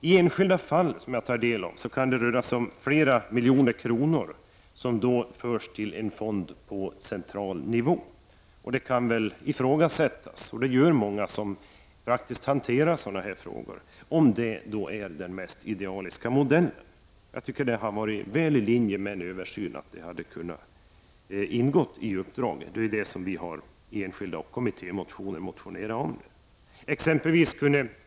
I enskilda fall, som jag tar del av, kan det röra sig om flera miljoner kronor som förs till en fond på central nivå. Det kan ifrågasättas — och det gör många som praktiskt hanterar sådana här frågor — om det är den idealiska modellen. Jag tycker det ligger väl i linje med direktiven för denna översyn att låta också denna undersökning ingå. Det har vi framfört både i enskilda motioner och i kommittémotioner.